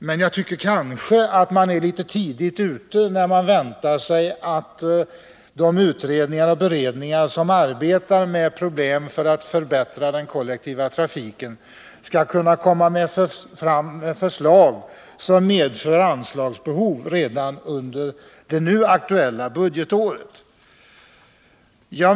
Men jag tycker kanske att man är litet för tidigt ute när man väntar sig att de utredningar och beredningar som arbetar med att förbättra den kollektiva trafiken skall kunna lägga fram förslag som medför anslagsbehov redan under det nu aktuella budgetåret.